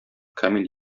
камил